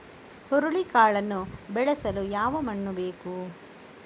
ಹುರುಳಿಕಾಳನ್ನು ಬೆಳೆಸಲು ಯಾವ ಮಣ್ಣು ಬೇಕು?